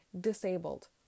disabled